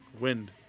Wind